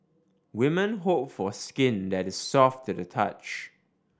women hope for skin that is soft to the touch